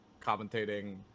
commentating